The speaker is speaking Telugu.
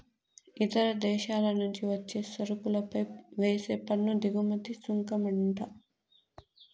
ఇతర దేశాల నుంచి వచ్చే సరుకులపై వేసే పన్ను దిగుమతి సుంకమంట